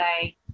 say